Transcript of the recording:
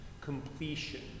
completion